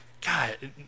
God